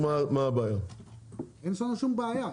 אין שום בעיה,